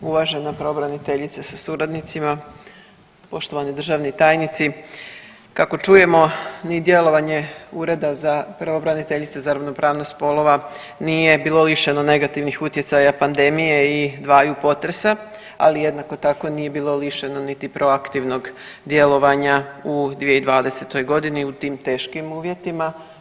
Uvažena pravobraniteljice sa suradnicima, poštovani državni tajnici, kako čujemo ni djelovanje Ureda za pravobraniteljice za ravnopravnost spolova nije bilo lišeno negativnih utjecaja pandemije i dvaju potresa, ali jednako tako nije bilo lišeno niti proaktivnog djelovanja u 2020. godini u tim teškim uvjetima.